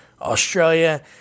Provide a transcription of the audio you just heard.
Australia